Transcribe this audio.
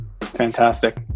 Fantastic